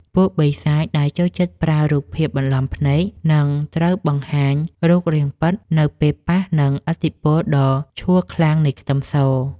ពួកបិសាចដែលចូលចិត្តប្រើរូបភាពបន្លំភ្នែកនឹងត្រូវបង្ហាញរូបរាងពិតនៅពេលប៉ះនឹងឥទ្ធិពលដ៏ឆួលខ្លាំងនៃខ្ទឹមស។